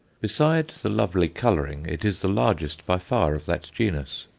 besides the lovely colouring it is the largest by far of that genus.